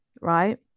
right